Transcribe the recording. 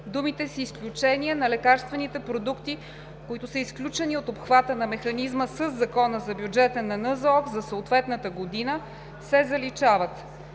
думите „с изключение на лекарствените продукти, които са изключени от обхвата на механизма със Закона за бюджета на НЗОК за съответната година“ се заличават.“